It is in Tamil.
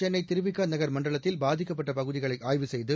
சென்னை திருவிக நகர் மண்டலத்தில் பாதிக்கப்பட்ட பகுதிகளை ஆய்வு செய்து